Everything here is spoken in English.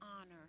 honor